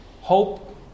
Hope